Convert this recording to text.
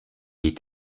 est